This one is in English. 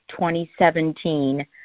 2017